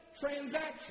transaction